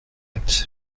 acte